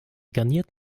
garniert